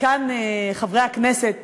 זקן חברי הכנסת,